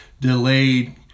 delayed